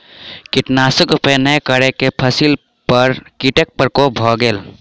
कीटनाशक उपयोग नै करै पर फसिली पर कीटक प्रकोप भ गेल